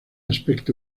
aspecto